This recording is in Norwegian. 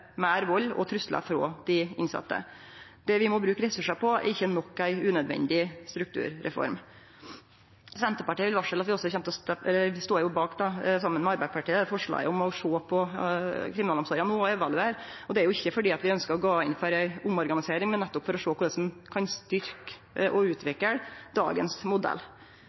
meir vald og truslar frå dei innsette. Det vi må bruke ressursar på, er ikkje nok ei unødvendig strukturreform. Senterpartiet vil varsle at vi også kjem til å støtte – eller vi står bak, saman med Arbeidarpartiet – framlegget om å sjå på og evaluere kriminalomsorga. Det er ikkje fordi vi ønskjer å gå inn for ei omorganisering, men for å sjå på korleis ein kan styrkje og utvikle dagens modell.